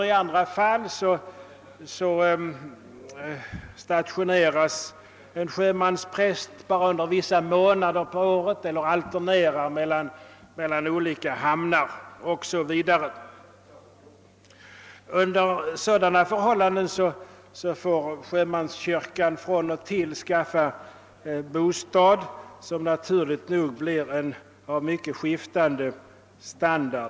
I andra fall stationeras en sjömanspräst bara under vissa måna der av året eller också alternerar han mellan olika hamnar. Under sådana förhållanden får sjömanskyrkan då skaffa bostad som naturligt nog blir av mycket skiftande standard.